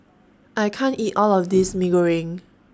I can't eat All of This Mee Goreng